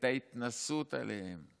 את ההתנשאות עליהם,